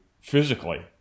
physically